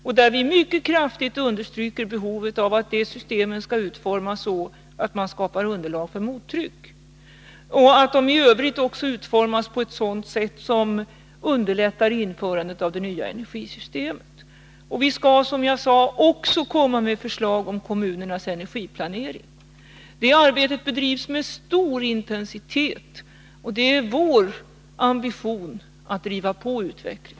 Vi understryker där mycket kraftigt att de systemen skall utformas så att man skapar underlag för mottryck och att de också i övrigt skall utformas på ett sätt som underlättar införandet av det nya energisystemet. Vi skall, som jag sade, också framlägga förslag om kommunernas energiplanering. Det arbetet bedrivs med stor intensitet. Det är vår ambition att driva på utvecklingen.